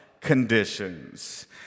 conditions